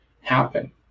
happen